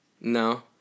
No